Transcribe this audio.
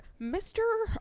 mr